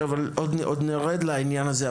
עוד נרד לעניין הזה,